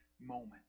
moment